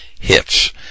hits